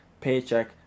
paycheck